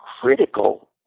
critical